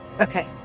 Okay